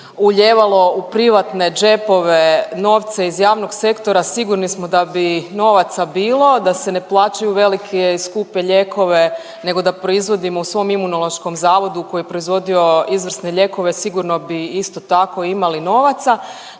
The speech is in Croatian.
uljevalo u privatne džepove novce iz javnog sektora sigurni smo da bi novaca bilo, da se ne plaćaju velike i skupe lijekove nego da proizvodimo u svom Imunološkom zavodu koji je proizvodio izvrsne lijekove sigurno bi isto tako imali novaca.